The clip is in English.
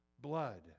blood